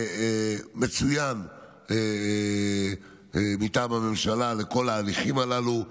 מצוין מטעם הממשלה לכל ההליכים הללו.